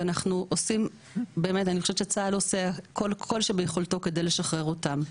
ואני חושבת שצה"ל עושה כל שביכולתו כדי לשחרר אותם,